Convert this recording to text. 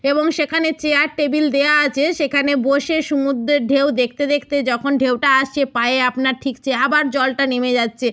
এবং সেখানে chair table দেওয়া আছে সেখানে বসে সুমুদ্রের ঢেউ দেখতে দেখতে যখন ঢেউটা আসছে পায়ে আপনার ঠিকছে আবার জলটা নেমে যাচ্ছে